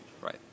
right